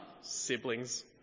siblings